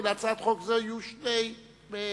ולהצעת חוק זו יהיו שני נואמים.